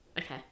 Okay